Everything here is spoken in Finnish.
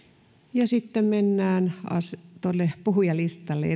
sitten mennään puhujalistalle